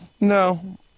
No